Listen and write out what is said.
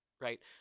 right